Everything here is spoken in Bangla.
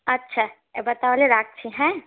আচ্ছা এবার তাহলে রাখছি হ্যাঁ